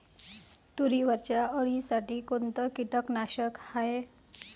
तुरीवरच्या अळीसाठी कोनतं कीटकनाशक हाये?